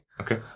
Okay